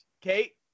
Kate